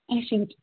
اچھا چلو